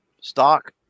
stock